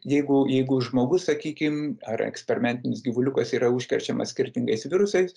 jeigu jeigu žmogus sakykim ar eksperimentinis gyvuliukas yra užkrečiamas skirtingais virusais